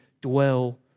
dwell